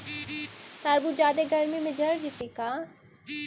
तारबुज जादे गर्मी से जर जितै का?